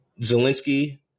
Zelensky